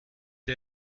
ihr